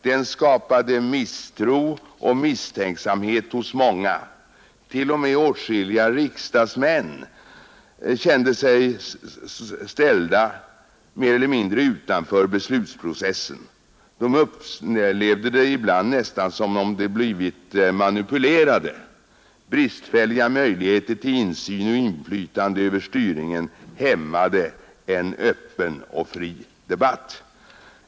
Den skapade misstro och misstänksamhet hos många; t.o.m. åtskilliga riksdagsmän kände sig ställda mer eller mindre utanför beslutsprocessen. De upplevde det ibland nästan som om de blivit manipulerade. Bristfälliga möjligheter till insyn och inflytande över styrningen hämmade en öppen och fri debatt.